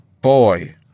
boy